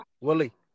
Willie